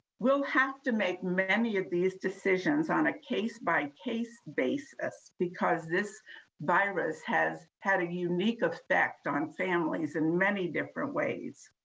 we'll have to make money many of these decisions on a case-by-case basis, because this virus has had a unique effect on families in many different ways.